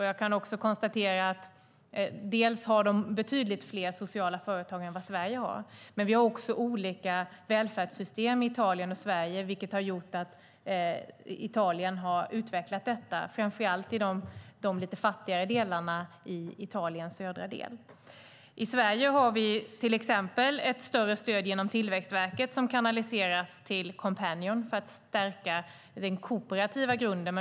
Jag kan konstatera dels att man där har betydligt fler sociala företag, dels att vi har olika välfärdssystem i Italien och Sverige, vilket har gjort att Italien har utvecklat detta, framför allt i de lite fattigare delarna av södra Italien. I Sverige har vi till exempel ett större stöd genom Tillväxtverket, som kanaliseras till Coompanion för att stärka den kooperativa grunden.